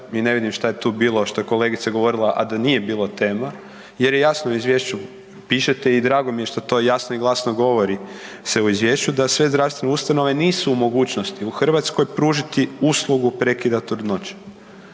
i ne vidim šta je tu bilo što je kolegica govorila, a da nije bilo tema jer jasno u izviješću pišete i drago mi je što to jasno i glasno govori se izvješću da sve zdravstvene ustanove nisu u mogućnosti u Hrvatskoj pružati uslugu prekida trudnoće